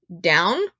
down